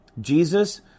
Jesus